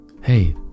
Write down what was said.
Hey